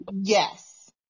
Yes